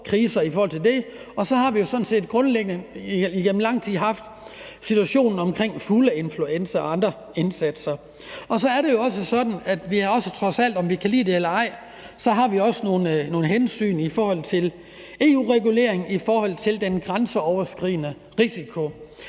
kriser i forhold til det. Og så har vi jo sådan set grundlæggende igennem lang tid haft situationen omkring fugleinfluenza og andre indsatser. Så er det jo også sådan, at vi trods alt, om vi kan lide det eller ej, også har nogle hensyn til EU-regulering og den grænseoverskridende risiko.